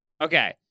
Okay